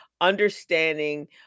understanding